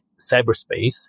cyberspace